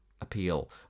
appeal